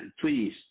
please